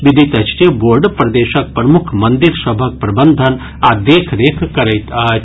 विदित अछि जे बोर्ड प्रदेशक प्रमुख मंदिर सभक प्रबंधन आ देखरेख करैत अछि